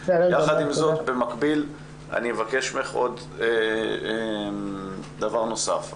יחד עם זאת במקביל אני אבקש ממך דבר נוסף.